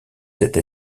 cette